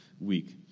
week